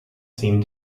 seemed